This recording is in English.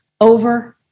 over